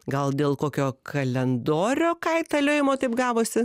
gal dėl kokio kalendoriaus kaitaliojimo taip gavosi